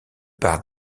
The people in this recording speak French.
part